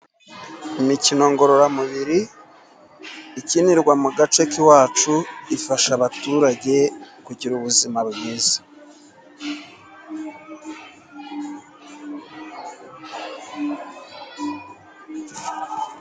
Imikino ngororamubiri ikinirwa mu gace k'iwacu, ifasha abaturage kugira ubuzima bwiza.